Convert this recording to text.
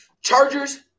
Chargers